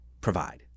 provide